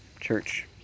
church